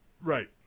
Right